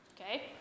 Okay